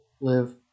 live